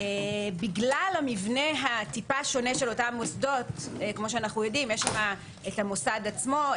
בגלל המבנה השונה של המוסדות כמו שאנחנו יודעים יש המוסד עצמו,